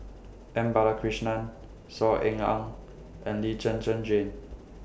M Balakrishnan Saw Ean Ang and Lee Zhen Zhen Jane